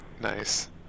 nice